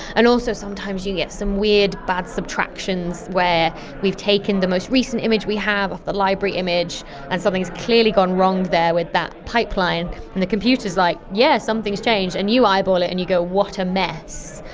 and also sometimes you get some weird bad subtractions where we've taken the most recent image we have off the library image and something has clearly gone wrong there with that pipeline and the computer is like, yes, something's changed, and you eyeball it and you go what a mess,